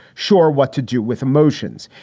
sure. what to do with emotions?